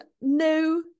no